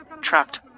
trapped